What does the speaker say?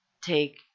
take